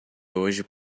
hoje